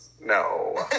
No